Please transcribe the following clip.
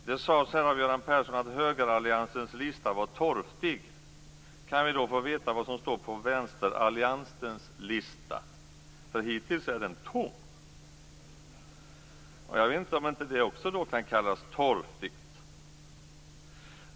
Göran Persson sade att högeralliansens lista var torftig. Kan vi då få veta vad som står på vänsteralliansens lista? Hittills är den tom. Kan inte det också kallas torftigt?